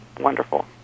wonderful